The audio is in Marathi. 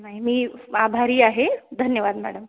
नाही मी आभारी आहे धन्यवाद मॅडम